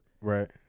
Right